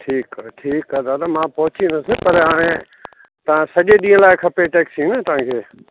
ठीकु आहे ठीकु आहे दादा मां पहुची वेंदुसि पर हाणे तव्हां सॼे ॾींहं लाइ खपे टैक्सी न तव्हांखे